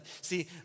See